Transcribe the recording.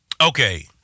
Okay